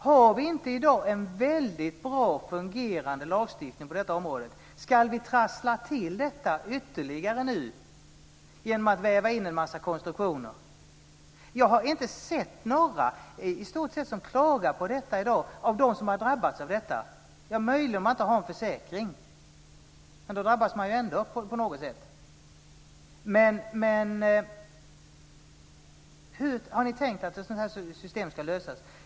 Har vi inte i dag en väldigt bra fungerande lagstiftning på detta område? Ska vi trassla till det ytterligare nu genom att väva in en massa konstruktioner? Jag har i stort sett inte sett att någon som har drabbats klagar på detta i dag. Man gör det möjligen om man inte har en försäkring, men då drabbas man på något sätt ändå. Hur har ni tänkt att det ska lösas?